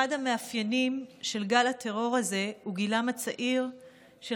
אחד המאפיינים של גל הטרור הזה הוא גילם הצעיר של